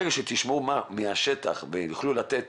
שתשמעו מהשטח ויוכלו לתת